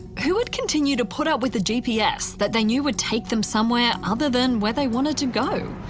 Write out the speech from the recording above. who would continue to put up with a gps that they knew would take them somewhere other than where they wanted to go.